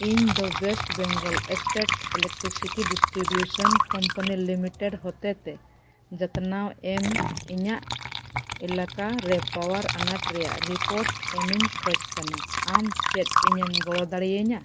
ᱤᱧ ᱫᱚ west Bengal state electricity distribution company limited ᱦᱚᱛᱮᱛᱮ ᱡᱚᱛᱱᱟᱣ ᱮᱢ ᱤᱧᱟᱹᱜ ᱮᱞᱟᱠᱟᱨᱮ ᱯᱟᱣᱟᱨ ᱟᱱᱟᱴ ᱨᱮᱭᱟᱜ ᱨᱤᱯᱳᱨᱴ ᱮᱢᱤᱧ ᱠᱷᱳᱡᱽ ᱠᱟᱱᱟ ᱟᱢ ᱪᱮᱫ ᱤᱧᱮᱢ ᱜᱚᱲᱚ ᱫᱟᱲᱮᱭᱟᱹᱧᱟ